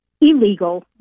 Illegal